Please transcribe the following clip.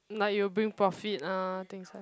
like you'll bring profit ah things like